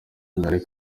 kagari